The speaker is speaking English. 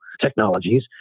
technologies